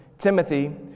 Timothy